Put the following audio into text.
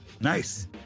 Nice